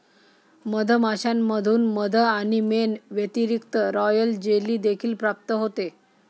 मधमाश्यांमधून मध आणि मेण व्यतिरिक्त, रॉयल जेली देखील प्राप्त होते